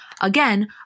Again